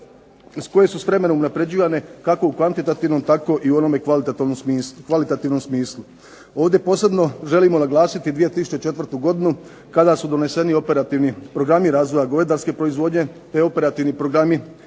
koje su s vremenom unapređivane kako u kvantitativnom tako i u kvalitativnom smislu. Ovdje posebno želimo naglasiti 2004. godinu kada su doneseni operativni programi razvoja govedarske proizvodnje te operativni programi